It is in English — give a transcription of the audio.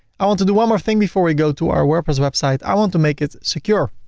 i want to do one more thing before we go to our wordpress website. i want to make it secure.